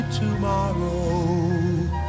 tomorrow